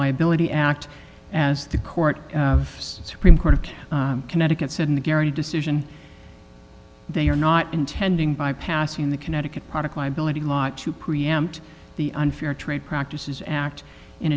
liability act as the court of supreme court of connecticut said in the gary decision they are not intending by passing the connecticut product liability law to preempt the unfair trade practices act in